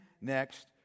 next